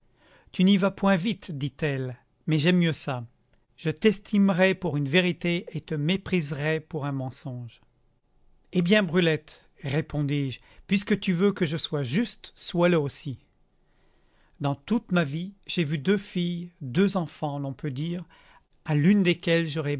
tu n'y vas point vite dit-elle mais j'aime mieux ça je t'estimerai pour une vérité et te mépriserais pour un mensonge eh bien brulette répondis-je puisque tu veux que je sois juste sois le aussi dans toute ma vie j'ai vu deux filles deux enfants l'on peut dire à l'une desquelles j'aurais